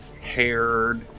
haired